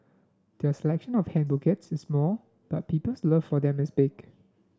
their selection of hand bouquets is small but people's love for them is big